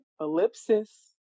ellipsis